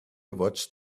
watched